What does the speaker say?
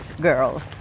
girl